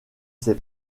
ses